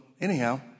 anyhow